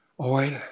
oil